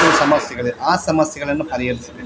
ಇದು ಸಮಸ್ಯೆಗಳಿದೆ ಆ ಸಮಸ್ಯೆಗಳನ್ನು ಪರಿಹರಿಸ್ಬೇಕು